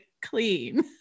clean